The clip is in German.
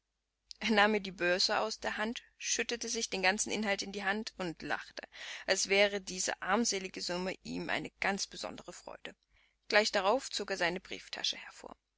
er nahm mir die börse aus der hand schüttete sich den ganzen inhalt in die hand und lachte als gewähre diese armselige summe ihm eine ganz besondere freude gleich darauf zog er seine brieftasche hervor